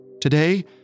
Today